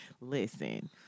Listen